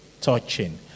touching